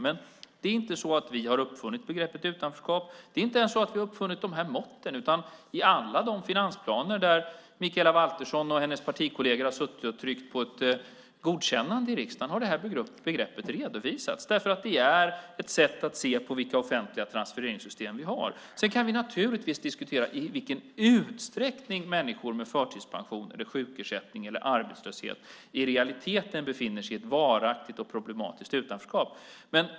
Vi har inte uppfunnit begreppet utanförskap. Vi har inte ens uppfunnit måtten. I alla de finansplaner där Mikaela Valtersson och hennes partikolleger har tryckt på ett godkännande i riksdagen har det här begreppet redovisats eftersom det är ett sätt att se på vilka offentliga transfereringssystem vi har. Vi kan naturligtvis diskutera i vilken utsträckning människor med förtidspension, sjukersättning eller arbetslöshet i realiteten befinner sig i ett varaktigt och problematiskt utanförskap.